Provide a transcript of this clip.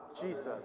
Jesus